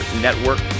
Network